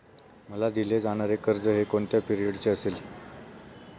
मला दिले जाणारे कर्ज हे कोणत्या पिरियडचे असेल?